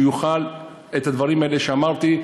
שיוכל לעשות את הדברים האלה שאמרתי.